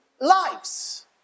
lives